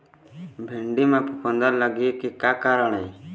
भिंडी म फफूंद लगे के का कारण ये?